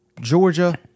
Georgia